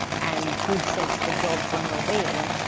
and good sense for jobs and well-being,